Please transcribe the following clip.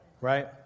Right